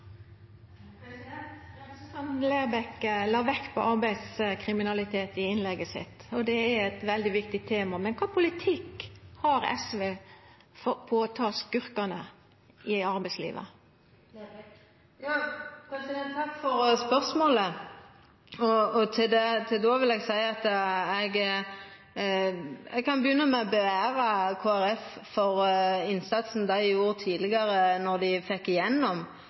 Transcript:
eit veldig viktig tema, men kva for politikk har SV for å ta skurkane i arbeidslivet? Takk for spørsmålet. Til det vil eg seia at eg kan begynna med å rosa Kristeleg Folkeparti for innsatsen dei gjorde tidlegare, då dei fekk igjennom